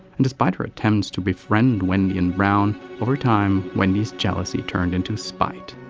and despite her attempts to befriend wendy and brown, over time, wendy's jealousy turned into spite.